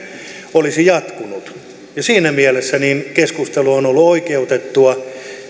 olisi jatkunut siinä mielessä keskustelu on ollut oikeutettua